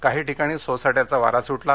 काही ठिकाणी सोसायटयाचा वारा सुटला